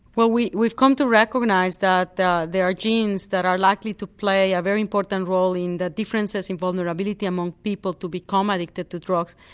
well we've we've come to recognise that there are genes that are likely to play a very important role in the differences in vulnerability among people to become addicted to drugs.